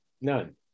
None